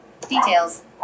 Details